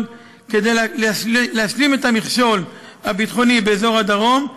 כדי להשלים את המכשול הביטחוני באזור הדרום,